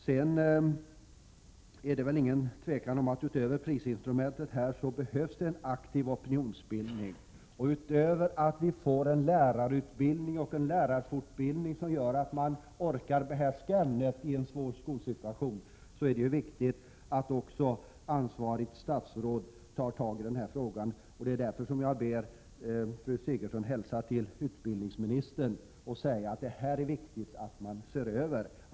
Det råder inget tvivel om att det vid sidan av prisinstrumentet behövs en aktiv opinionsbildning. Utöver lärarutbildning och lärarfortbildning som gör att lärarna kan klara detta ämne i en svår skolsituation är det viktigt att ansvarigt statsråd tar tag i denna fråga. Det är därför jag ber fru Sigurdsen hälsa till utbildningsministern att det är viktigt att man ser över denna fråga.